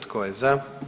Tko je za?